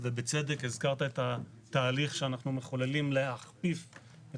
ובצדק הזכרת את התהליך שאנחנו מחוללים להעביר את